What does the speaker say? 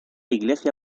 iglesia